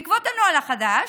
בעקבות הנוהל החדש,